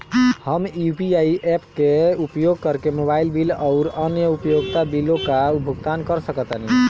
हम UPI apps के उपयोग करके मोबाइल बिल आउर अन्य उपयोगिता बिलों का भुगतान कर सकतानी